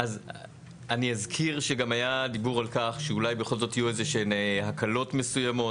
שגם היה דיבור על כך שאולי בכל זאת יהיו איזשהן הקלות מסוימות,